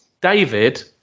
David